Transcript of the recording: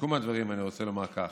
לסיכום הדברים אני רוצה לומר כך: